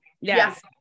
yes